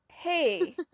Hey